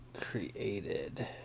created